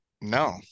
no